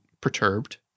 perturbed